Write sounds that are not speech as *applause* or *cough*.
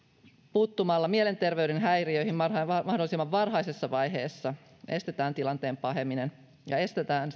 puuttumalla mielenterveyden häiriöihin mahdollisimman varhaisessa vaiheessa estetään tilanteen paheneminen estetään *unintelligible*